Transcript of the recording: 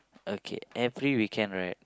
okay every weekend right